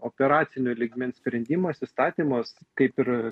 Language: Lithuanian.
operacinio lygmens sprendimas įstatymas kaip ir